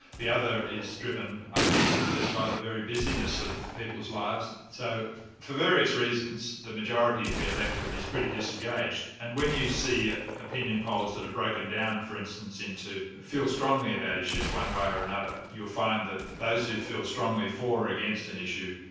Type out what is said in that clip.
the other is driven i think, just by the very busyness of people's lives. so for various reasons the majority of the electorate is pretty disengaged, and when you see opinion polls that are broken down for instance into feel strongly about issues one way or another you'll find that those who feel strongly for or against an issue,